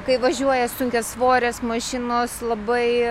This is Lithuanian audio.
kai važiuoja sunkiasvorės mašinos labai